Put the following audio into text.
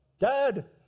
dad